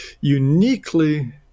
uniquely